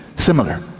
similar?